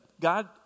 God